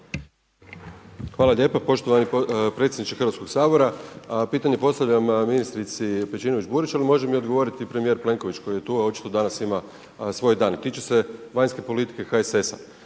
Hvala lijepa. Poštovani predsjedniče Hrvatskoga sabora. Pitanje postavljam ministrici Pejčinović-Burić ali može mi odgovoriti i premijer Plenković, koji je tu a očito danas ima svoj dan. Tiče se vanjske politike HSS-a.